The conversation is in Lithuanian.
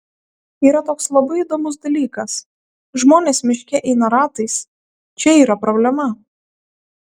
yra toks labai įdomus dalykas žmonės miške eina ratais čia yra problema